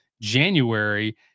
January